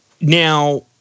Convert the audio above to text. now